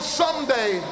someday